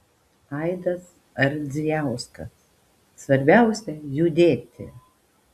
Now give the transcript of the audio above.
aidas ardzijauskas svarbiausia judėti